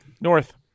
North